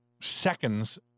seconds